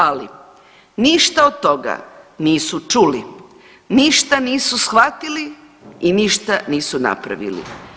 Ali ništa od toga nisu čuli, ništa nisu shvatili i ništa nisu napravili.